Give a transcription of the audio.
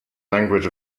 language